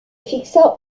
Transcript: fixa